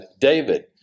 David